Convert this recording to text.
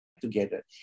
together